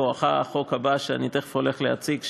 בואכה החוק הבא שאני תכף הולך להציג,